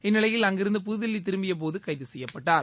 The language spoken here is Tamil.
இந்நிலையில் அங்கிருந்து புதுதில்லி திரும்பிய போது கைது செய்யப்பட்டார்